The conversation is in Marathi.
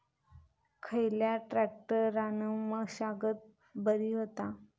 खयल्या ट्रॅक्टरान मशागत बरी होता?